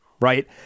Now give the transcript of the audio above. right